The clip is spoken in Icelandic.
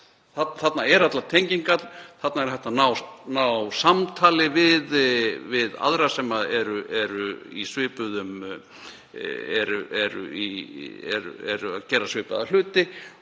þar eru allar tengingar, þarna er hægt að ná samtali við aðra sem eru að gera svipaða hluti